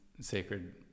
sacred